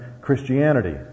Christianity